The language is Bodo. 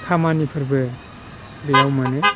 खामानिफोरबो बेयाव मोनो